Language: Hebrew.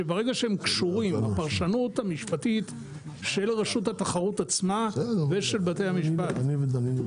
הפרשנות המשפטית של רשות התחרות ושל בתי המשפט.